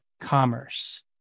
commerce